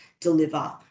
deliver